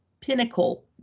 Pinnacle